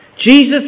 Jesus